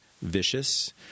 vicious